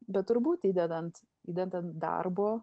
bet turbūt įdedant įdedant darbo